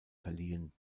verliehen